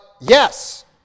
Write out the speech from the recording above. yes